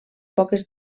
poques